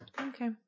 Okay